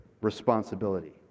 responsibility